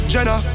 Jenna